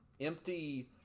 empty